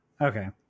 Okay